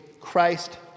Christ